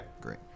Great